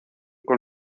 con